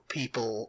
people